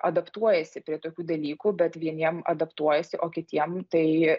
adaptuojasi prie tokių dalykų bet vieniem adaptuojasi o kitiem tai